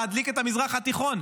להדליק את המזרח התיכון.